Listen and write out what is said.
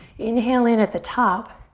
inhale in at the top.